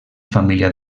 família